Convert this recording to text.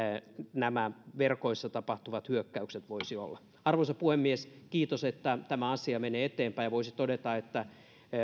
nämä verkoissa tapahtuvat hyökkäykset voisivat olla arvoisa puhemies kiitos että tämä asia menee eteenpäin ja voisi todeta että